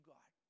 God